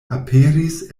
aperis